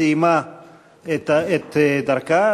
סיימה את דרכה,